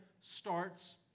starts